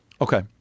Okay